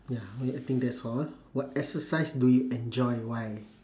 ya I think that's all what exercise do you enjoy why